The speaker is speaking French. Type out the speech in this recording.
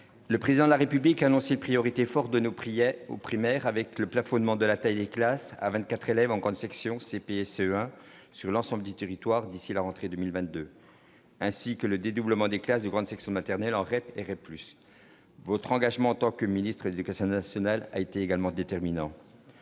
Le président de la République a lancé priorité fort de nos pliait au primaire avec le plafonnement de la taille des classes à 24 élèves en grande section, CP, CE1, sur l'ensemble du territoire d'ici la rentrée 2022 ainsi que le dédoublement des classes de grande section de maternelle en REP et REP plus votre engagement en tant que ministre Éducation nationale a été également déterminant,